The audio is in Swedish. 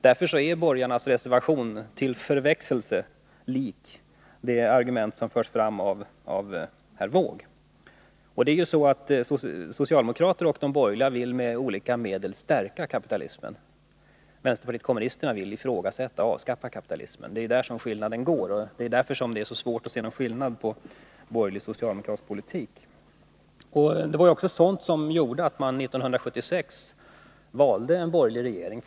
Därför är borgarnas reservation till förväxling lik de argument som förs fram av herr Wååg. Socialdemokraterna och de borgerliga vill med olika medel stärka kapitalismen. Vänsterpartiet kommunisterna vill ifrågasätta och avskaffa kapitalismen. Det är där som skillnaden ligger, och det är därför som det är så svårt att se någon skillnad på borgerlig och socialdemokratisk politik. Det var också det som gjorde att man 1976 valde en borgerlig regering.